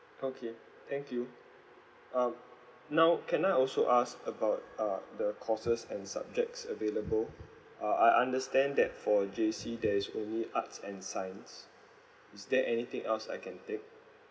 okay thank you um now can I also ask about uh the courses and subjects available uh I understand that for J_C there is only arts and science is there anything else I can take